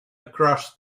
across